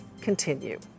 continue